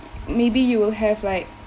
maybe you will have like